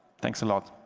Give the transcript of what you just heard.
thanks a lot